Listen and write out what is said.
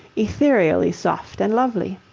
ethereally soft and lovely.